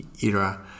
era